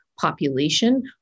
population